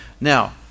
Now